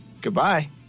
goodbye